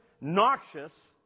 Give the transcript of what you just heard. noxious